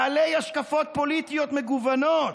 בעלי השקפות פוליטיות מגוונות,